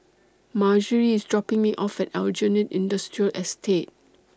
Margery IS dropping Me off At Aljunied Industrial Estate